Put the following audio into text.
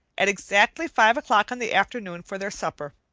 at exactly five o'clock in the afternoon for their supper.